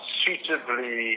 suitably